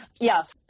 yes